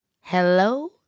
Hello